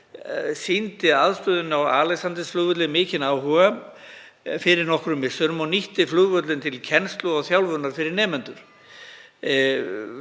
sýndi aðstöðunni á Alexandersflugvelli mikinn áhuga fyrir nokkrum misserum og nýtti flugvöllinn til kennslu og þjálfunar fyrir nemendur.